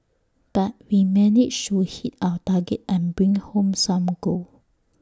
but we managed hit our target and bring home some gold